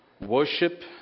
worship